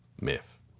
myth